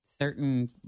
certain